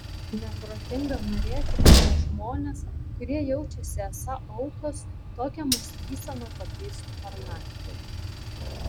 neprotinga norėti kad tie žmonės kurie jaučiasi esą aukos tokią mąstyseną pakeistų per naktį